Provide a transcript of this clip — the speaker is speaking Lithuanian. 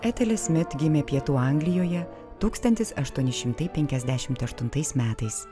etelė smit gimė pietų anglijoje tūkstantis aštuoni šimtai penkiasdešimt aštuntais metais